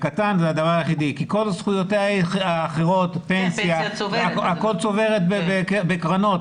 כל זכויותיה האחרות פנסיה וכולי היא צוברת הכול בקרנות,